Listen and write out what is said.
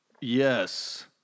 Yes